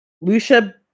Lucia